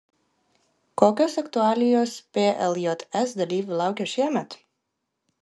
kokios aktualijos pljs dalyvių laukia šiemet